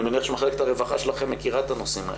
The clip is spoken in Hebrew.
אני מניח שמחלקת הרווחה שלכם מכירה את הנושאים האלה.